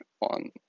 on